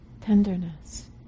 tenderness